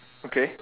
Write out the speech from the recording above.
okay